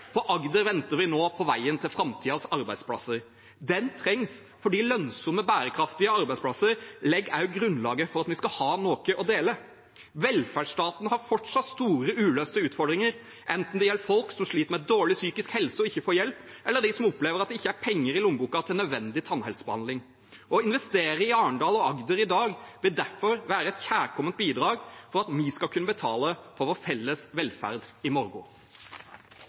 På Agder venter vi nå på veien til framtidens arbeidsplasser. Den trengs, for lønnsomme, bærekraftige arbeidsplasser legger også grunnlaget for at vi skal ha noe å dele. Velferdsstaten har fortsatt store uløste utfordringer, enten det gjelder folk som sliter med dårlig psykisk helse og ikke får hjelp, eller dem som opplever at det ikke er penger i lommeboken til nødvendig tannhelsebehandling. Å investere i Arendal og Agder i dag vil derfor være et kjærkomment bidrag for at vi skal kunne betale for vår felles velferd i